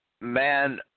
Man